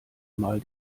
mal